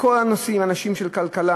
בכל הנושאים: אנשים של כלכלה,